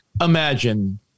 imagine